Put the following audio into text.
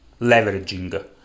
leveraging